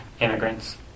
immigrants